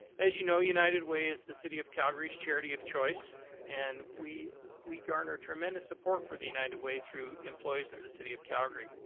as you know, united way is the city of calgary's charity of choice and we we garner tremendous support for the united way through employees of the city of calgary.